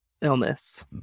illness